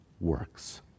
works